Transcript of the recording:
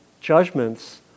judgments